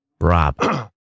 Rob